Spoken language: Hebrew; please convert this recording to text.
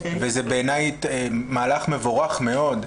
וזה בעיני מהלך מבורך מאוד.